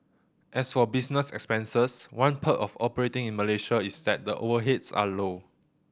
as for business expenses one perk of operating in Malaysia is that the overheads are low